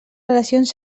relacions